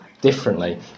differently